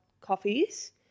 coffees